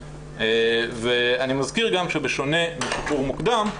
ואני מזכיר גם שבשונה משחרור מוקדם,